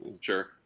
Sure